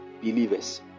believers